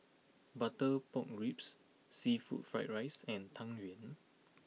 Butter Pork Ribs Seafood Fried Rice and Tang Yuen